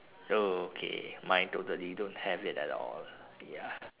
oh okay mine totally don't have it at all ya